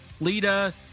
Lita